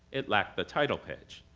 it lacked the title page.